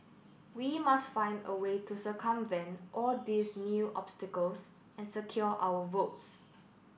we must find a way to circumvent all these new obstacles and secure our votes